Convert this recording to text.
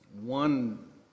one